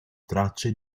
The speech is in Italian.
tracce